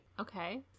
Okay